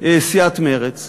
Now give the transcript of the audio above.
סיעת מרצ.